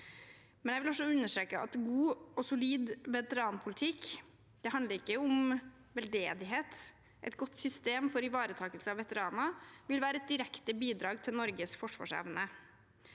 Jeg vil også understreke at god og solid veteranpolitikk ikke handler om veldedighet. Et godt system for ivaretakelse av veteraner vil være et direkte bidrag til Norges forsvarsevne.